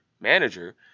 manager